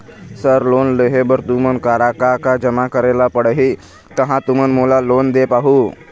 Sir loan लेहे बर तुमन करा का का जमा करें ला पड़ही तहाँ तुमन मोला लोन दे पाहुं?